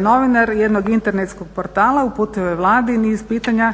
novinar jednog internetskog portala uputio je Vladi niz pitanja